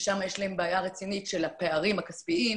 ששם יש להם בעיה רצינית של הפערים הכספיים,